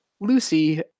Lucy